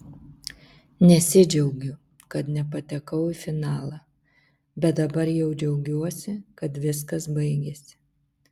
nesidžiaugiu kad nepatekau į finalą bet dabar jau džiaugiuosi kad viskas baigėsi